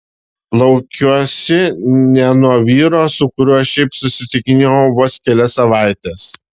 laukiuosi ne nuo vyro su kuriuo šiaip susitikinėjau vos kelias savaites